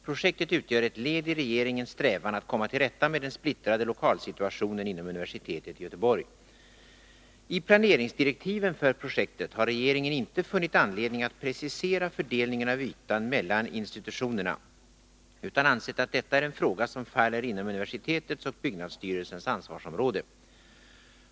Projektet utgör ett led i regeringens strävan att komma till rätta med den splittrade lokalsituationen inom universitetet i Göteborg. I planeringsdirektiven för projektet har regeringen inte funnit anledning att precisera fördelningen av ytan mellan institutionerna utan ansett att detta är en fråga som faller inom universitetets och byggnadsstyrelsens ansvarsområde.